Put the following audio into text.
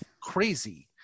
crazy